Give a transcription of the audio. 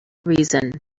reason